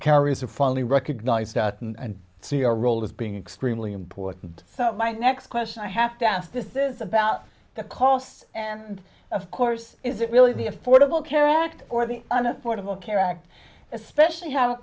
carries a finally recognize that and see our role as being extremely important so my next question i have to ask this is about the cost and of course is it really the affordable care act or the un affordable care act especially how